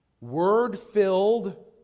Word-filled